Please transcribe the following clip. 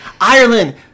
Ireland